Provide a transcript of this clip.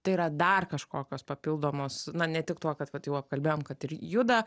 tai yra dar kažkokios papildomos na ne tik tuo kad vat jau apkalbėjom kad ir juda